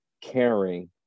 caring